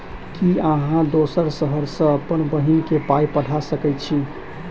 की अहाँ दोसर शहर सँ अप्पन बहिन केँ पाई पठा सकैत छी?